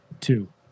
two